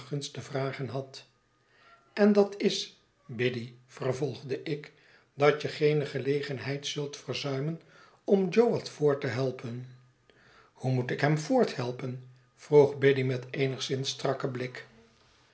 te vragen had en dat is biddy vervolgde ik datje geene gelegenheid zult verzuimen om jo wat voort te helpen hoe moet ikhem voorthelpen vroeg biddy met eenigszins strakken blik